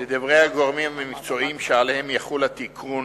לדברי הגורמים המקצועיים שעליהם יחול התיקון,